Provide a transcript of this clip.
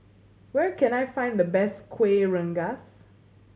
where can I find the best Kuih Rengas